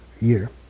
year